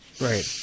Right